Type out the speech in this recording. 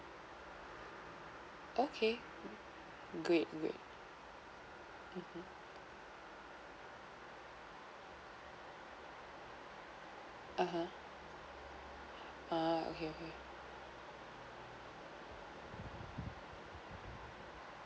okay great great (uh huh) uh okay